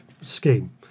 scheme